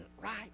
right